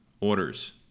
Orders